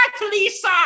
lisa